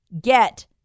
get